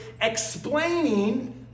explaining